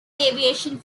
aviation